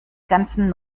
ganzen